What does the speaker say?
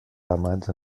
ramats